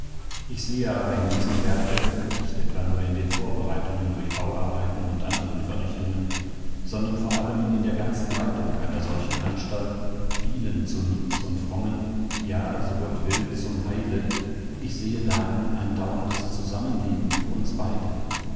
ich sehe aber in diesem werke nicht etwa nur in den vorbereitungen durch bauarbeiten und anderen vorrichtungen sondern vor allem in der ganzen leitung einer solchen anstalt vielen zu nutz und frommen ja so gott will zum heile ich sehe darin ein dauerndes zusammenleben für uns beide